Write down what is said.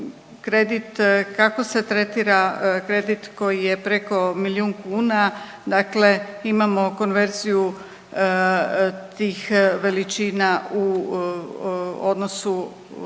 kredit, kako se tretira kredit koji je preko milijun kuna, dakle imamo konverziju tih veličina u odnosu